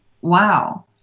wow